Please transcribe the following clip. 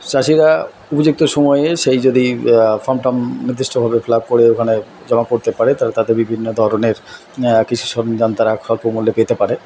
চাষিরা উপযুক্ত সময়ে সেই যদি ফর্ম টম নির্দিষ্টভাবে ফিল আপ করে ওখানে জমা করতে পারে তাহলে তাতে বিভিন্ন ধরনের কৃষি সরঞ্জাম তারা স্বল্প মূল্যে পেতে পারে